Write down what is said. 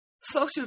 social